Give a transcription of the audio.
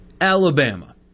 Alabama